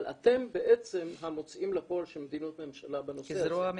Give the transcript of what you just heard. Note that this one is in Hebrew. אבל אתם בעצם המוציאים לפועל של מדיניות ממשלה בנושא.